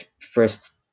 first